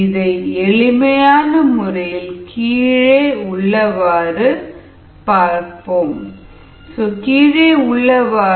இதை எளிமையான முறையில் கீழே உள்ளவாறு பார்ப்போம் xmYxsSi m1 KsKsSi0